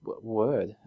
word